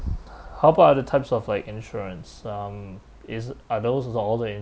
how about the types of like insurance um is are those is all the insurance